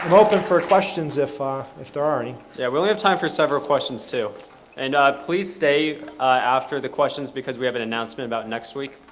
um open for questions if ah if there are any. yeah we only have time for several questions too and please stay after the questions because we have an announcement about next week.